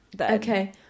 Okay